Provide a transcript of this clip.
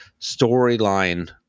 storyline